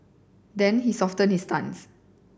then he softened his stance